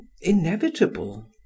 inevitable